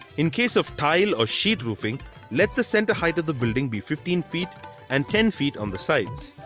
in case of tile or sheet roofing let the centre height of the building be fifteen feet and ten feet on the sides.